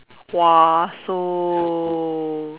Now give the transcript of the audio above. !wah! so